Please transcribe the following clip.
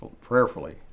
prayerfully